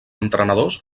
entrenadors